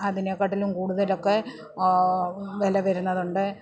അതിനെക്കാട്ടിലും കൂടുതലൊക്കെ വില വരുന്നതുണ്ട്